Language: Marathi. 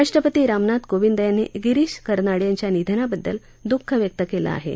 राष्ट्रपती रामनाथ कोंविद यांनी गिरीश कर्नाड यांच्या निधनाबद्दल दुःख व्यक्त कलि आहा